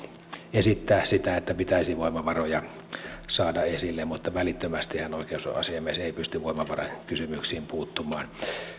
esittää sitä että pitäisi voimavaroja saada esille mutta välittömästihän oikeusasiamies ei pysty voimavarakysymyksiin puuttumaan